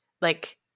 like-